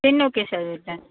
ten ఒకే సారి పెట్టండి